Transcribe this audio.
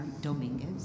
Dominguez